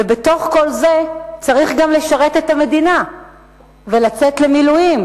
בתוך כל זה צריך גם לשרת את המדינה ולצאת למילואים